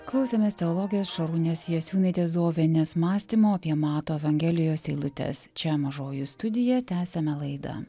klausėmės teologės šarūnės jasiūnaitės zovienės mąstymo apie mato evangelijos eilutes čia mažoji studija tęsiame laidą